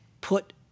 put